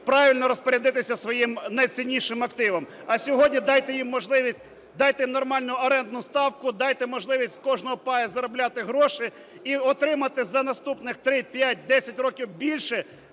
правильно розпорядитися своїм найціннішим активом. А сьогодні дайте їм можливість, дайте їм нормальну орендну ставку, дайте можливість з кожного паю заробляти гроші і отримати за наступних 3, 5, 10 років більше